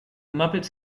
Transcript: muppets